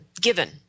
given